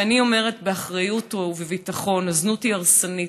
אני אומרת באחריות ובביטחון: הזנות היא הרסנית,